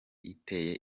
iteye